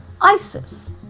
ISIS